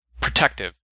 protective